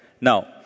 now